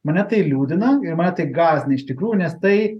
mane tai liūdina ir mane tai gąsdina iš tikrųjų nes tai